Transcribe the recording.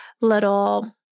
little